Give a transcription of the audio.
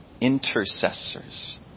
intercessors